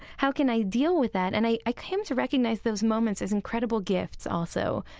how can i deal with that? and i i came to recognize those moments as incredible gifts also,